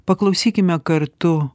paklausykime kartu